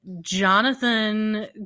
Jonathan